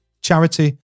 charity